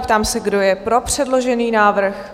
Ptám se, kdo je pro předložený návrh?